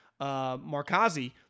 Markazi